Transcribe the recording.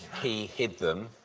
he hid them,